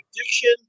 Addiction